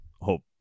hope